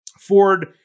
Ford